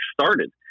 started